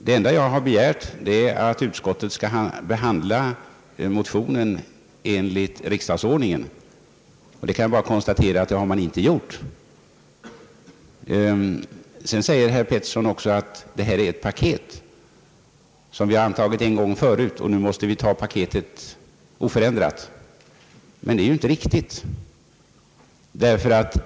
Det enda jag har begärt är att utskottet skall behandla motionen enligt riksdagsordningen. Jag kan bara konstatera att det har utskottet inte gjort. Herr Pettersson sade också att vi har att ta ställning till ett paket, som vi har antagit en gång förut och som vi därför måste anta på nytt i oförändrat skick. Detta är inte riktigt.